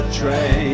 train